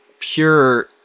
pure